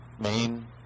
main